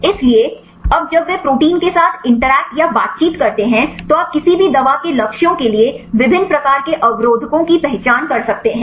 इसलिए अब जब वे प्रोटीन के साथ बातचीत करते हैं तो आप किसी भी दवा के लक्ष्यों के लिए विभिन्न प्रकार के अवरोधकों की पहचान कर सकते हैं